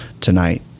tonight